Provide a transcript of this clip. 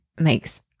makes